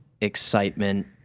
excitement